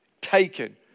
Taken